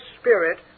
spirit